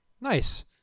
Nice